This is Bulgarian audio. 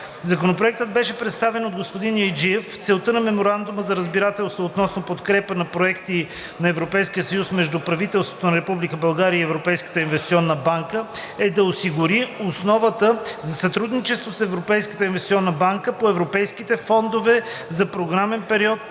Законопроектът беше представен от господин Яйджиев. Целта на Меморандума за разбирателство относно подкрепа за проекти на ЕС между Правителството на Република България и Европейската инвестиционна банка е да се осигури основата за сътрудничество с Европейската инвестиционна банка по Европейските фондове за програмен период